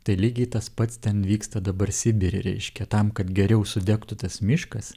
tai lygiai tas pats ten vyksta dabar sibire reiškia tam kad geriau sudegtų tas miškas